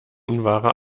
unwahre